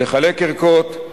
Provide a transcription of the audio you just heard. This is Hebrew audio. לתת ערכות,